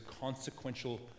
consequential